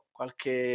Qualche